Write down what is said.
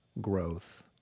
growth